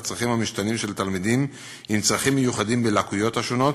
הצרכים המשתנים של התלמידים עם צרכים מיוחדים בלקויות השונות.